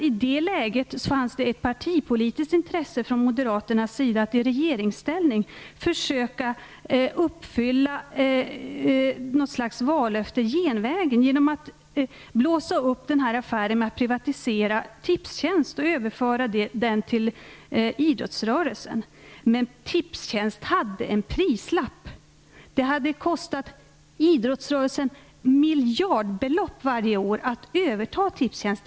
I det läget fanns ett naturligtvis ett partipolitiskt intresse från moderaternas sida att i regeringsställning försöka uppfylla ett vallöfte genvägen genom att privatisera Tipstjänst och överföra det till idrottsrörelsen. Tipstjänst hade emellertid en prislapp. Det skulle ha kostat idrottsrörelsen miljardbelopp varje år att överta Tipstjänst.